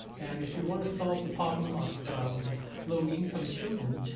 and if we want to solve the problem of low income children,